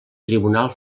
tribunal